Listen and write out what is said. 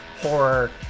horror